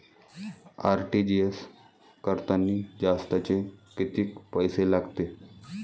RTGS करतांनी जास्तचे कितीक पैसे लागते?